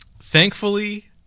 Thankfully